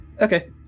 Okay